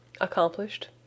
accomplished